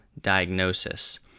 diagnosis